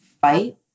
fight